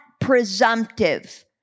presumptive